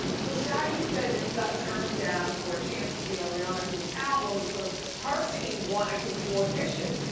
so shaggy said that he got turned down for a chance to be on rihanna's new album because her team wanted him to audition,